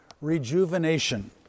Rejuvenation